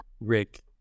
Rick